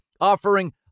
offering